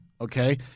okay